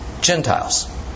Gentiles